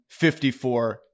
54